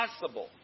possible